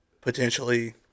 potentially